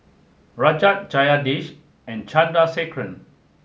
Rajat Jagadish and Chandrasekaran